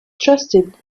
trusted